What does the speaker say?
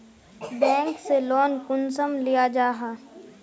Bank से loan कुंसम लिया जाहा?